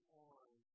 on